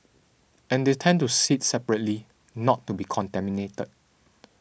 and they tend to sit separately not to be contaminated